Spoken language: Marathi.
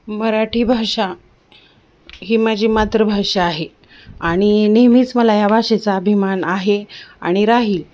मराठी भाषा ही माझी मातृभाषा आहे आणि नेहमीच मला या भाषेचा अभिमान आहे आणि राहिल